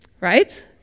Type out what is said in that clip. Right